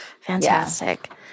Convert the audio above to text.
Fantastic